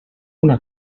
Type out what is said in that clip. una